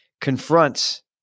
confronts